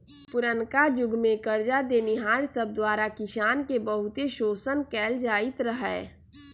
पुरनका जुग में करजा देनिहार सब द्वारा किसान के बहुते शोषण कएल जाइत रहै